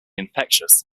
infectious